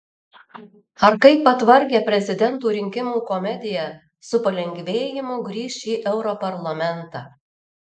ar kaip atvargę prezidentų rinkimų komediją su palengvėjimu grįš į europarlamentą